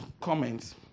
comments